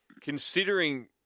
Considering